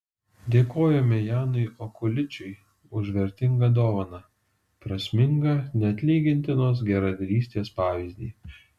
dėkojame janui okuličiui už vertingą dovaną prasmingą neatlygintinos geradarystės pavyzdį